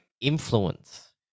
influence